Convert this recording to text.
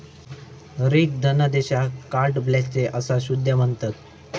रिक्त धनादेशाक carte blanche असा सुद्धा म्हणतत